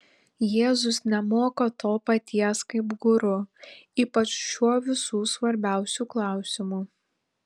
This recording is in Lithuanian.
jėzus nemoko to paties kaip guru ypač šiuo visų svarbiausiu klausimu